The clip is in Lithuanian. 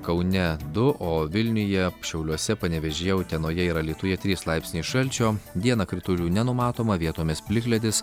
kaune du o vilniuje šiauliuose panevėžyje utenoje ir alytuje trys laipsniai šalčio dieną kritulių nenumatoma vietomis plikledis